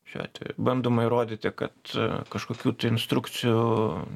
šiuo atveju bandoma įrodyti kad kažkokių tai instrukcijų